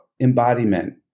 embodiment